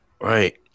Right